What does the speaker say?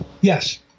Yes